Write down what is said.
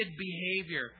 behavior